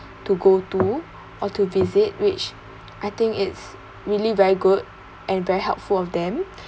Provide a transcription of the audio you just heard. to go to or to visit which I think it's really very good and very helpful of them